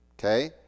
Okay